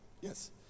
yes